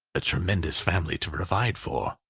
a tremendous family to provide for!